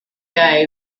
day